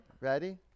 Ready